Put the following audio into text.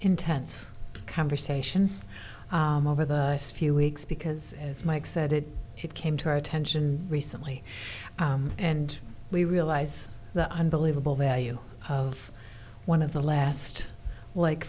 intense conversation over the last few weeks because as mike said it came to our attention recently and we realize the unbelievable value of one of the last like